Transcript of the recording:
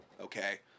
okay